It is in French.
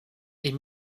est